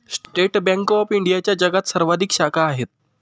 state bank of इंडियाच्या जगात सर्वाधिक शाखा आहेत